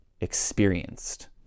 experienced